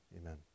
amen